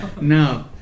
No